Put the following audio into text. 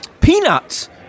peanuts